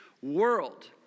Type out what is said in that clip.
World